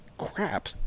Crap